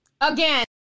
again